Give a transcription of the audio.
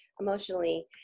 emotionally